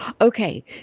Okay